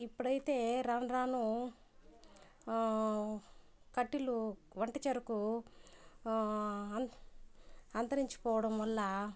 ఇప్పుడైతే రాను రాను కట్టెలు వంటచేరకు అంతరించిపోవడం వల్ల